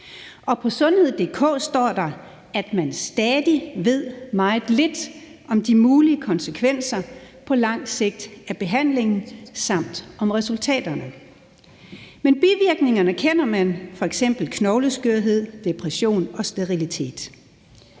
på sundhed.dk står der, at man stadig ved meget lidt om de mulige konsekvenser på lang sigt af behandlingen samt om resultaterne. Men bivirkningerne kender man, f.eks. knogleskørhed, depression og sterilitet.